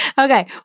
Okay